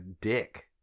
dick